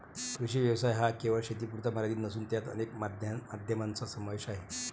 कृषी व्यवसाय हा केवळ शेतीपुरता मर्यादित नसून त्यात अनेक माध्यमांचा समावेश आहे